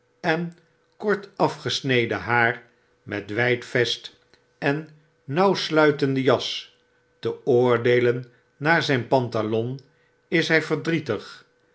en kort afgesneden haar met wgd vest en nauwsluitende jas te oordeelen naar zp pantalon is hy verdrietig